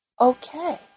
okay